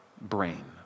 brain